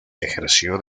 ejerció